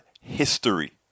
history